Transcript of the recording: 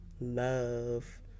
love